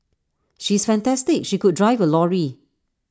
she is fantastic she could drive A lorry